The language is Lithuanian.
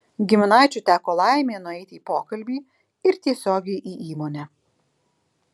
giminaičiui teko laimė nueiti į pokalbį ir tiesiogiai į įmonę